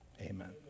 Amen